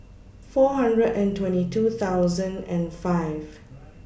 four hundred and twenty two thousand and five